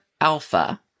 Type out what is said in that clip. Alpha